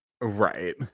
Right